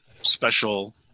special